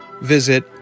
visit